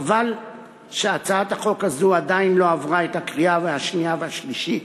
חבל שהצעת החוק הזאת עדיין לא עברה את הקריאה השנייה והשלישית,